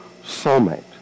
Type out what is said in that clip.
soulmate